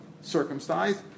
circumcised